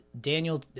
daniel